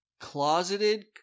closeted